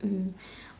mm